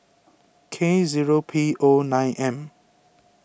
K zero P O nine M